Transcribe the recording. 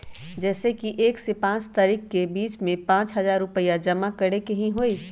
जैसे कि एक से पाँच तारीक के बीज में पाँच हजार रुपया जमा करेके ही हैई?